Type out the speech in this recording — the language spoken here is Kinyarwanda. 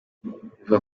bivugwa